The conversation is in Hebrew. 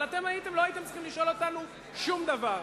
אבל לא הייתם צריכים לשאול אותנו שום דבר,